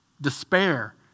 despair